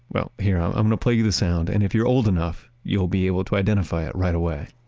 well here um i'm going to play you the sound and if you're old enough you'll be able to identify it right away